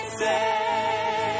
say